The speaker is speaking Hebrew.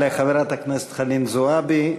תודה לחברת הכנסת חנין זועבי.